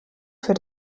für